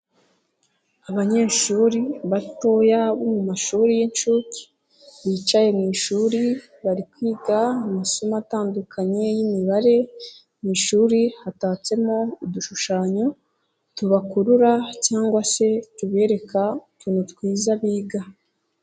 Abanyeshuri batoya bo mu mashuri y'inshuke, bicaye mu ishuri bari kwiga amasomo atandukanye y'imibare mu ishuri hatatsemo udushushanyo tubakurura cyangwa se tubereka utuntu twiza biga.